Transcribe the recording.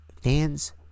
fans